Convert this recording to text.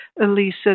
Elisa